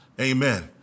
amen